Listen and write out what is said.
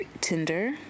tinder